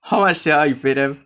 how much sia you pay them